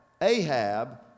Ahab